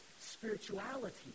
spirituality